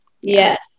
Yes